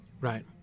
right